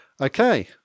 Okay